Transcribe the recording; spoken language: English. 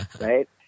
right